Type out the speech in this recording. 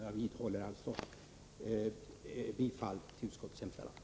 Jag vidhåller mitt yrkande om bifall till utskottets hemställan.